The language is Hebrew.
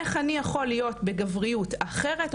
איך אני יכול להיות בגבריות אחרת.